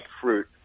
fruit